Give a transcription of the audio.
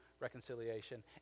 reconciliation